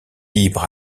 libres